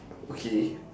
okay